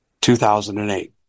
2008